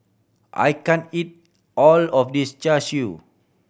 I can't eat all of this Char Siu